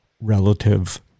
relative